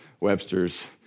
Webster's